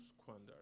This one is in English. squander